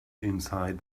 inside